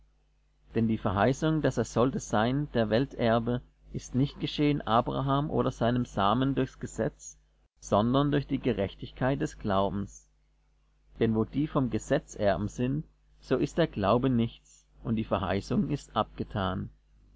denn die verheißung daß er sollte sein der welt erbe ist nicht geschehen abraham oder seinem samen durchs gesetz sondern durch die gerechtigkeit des glaubens denn wo die vom gesetz erben sind so ist der glaube nichts und die verheißung ist abgetan